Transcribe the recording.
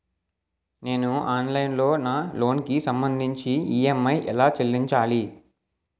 నేను ఆన్లైన్ లో నా లోన్ కి సంభందించి ఈ.ఎం.ఐ ఎలా చెల్లించాలి?